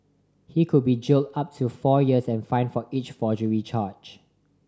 he could be jailed up to four years and fined for each forgery charge